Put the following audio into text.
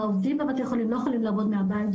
העובדים לא יכולים לעבוד מהבית.